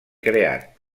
creat